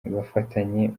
bafatanye